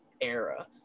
era